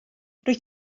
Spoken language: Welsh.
rwyt